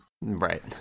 Right